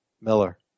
Miller